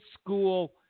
school